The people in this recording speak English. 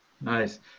Nice